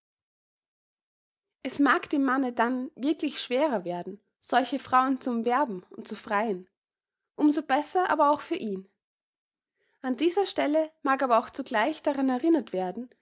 es mag dem manne dann wirklich schwerer werden solche frauen zu umwerben und zu freien um so besser aber auch für ihn an dieser stelle mag aber auch zugleich daran erinnert werden